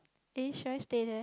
eh should I stay there